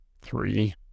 Three